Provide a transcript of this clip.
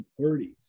1930s